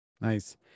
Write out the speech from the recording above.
Nice